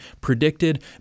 predicted